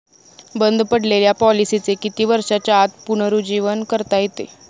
बंद पडलेल्या पॉलिसीचे किती वर्षांच्या आत पुनरुज्जीवन करता येते?